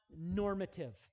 normative